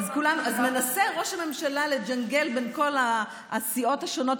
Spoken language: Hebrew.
אז מנסה ראש הממשלה לג'נגל בין כל הסיעות השונות,